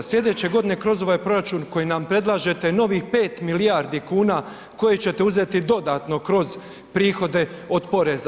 Slijedeće godine kroz ovaj proračun koji nam predlažete novih 5 milijardi kuna koje ćete uzeti dodatno kroz prihode od poreza.